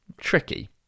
tricky